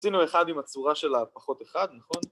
‫עשינו אחד עם הצורה של הפחות אחד, נכון?